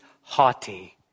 haughty